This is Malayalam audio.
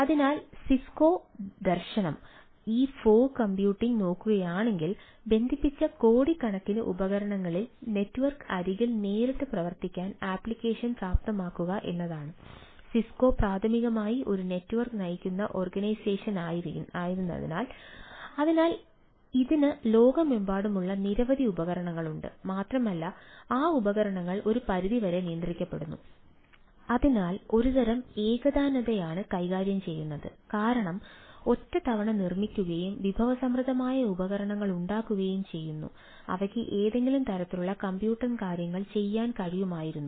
അതിനാൽ സിഐഎസ്സിഒയുടെ കാര്യങ്ങൾ ചെയ്യാൻ കഴിയുമായിരുന്നു